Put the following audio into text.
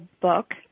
book